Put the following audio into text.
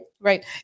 Right